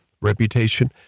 reputation